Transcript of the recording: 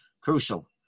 crucial